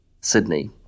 Sydney